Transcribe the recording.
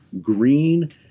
green